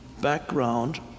background